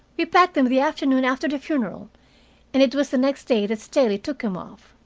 we packed them the afternoon after the funeral, and it was the next day that staley took them off.